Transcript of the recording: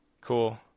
Cool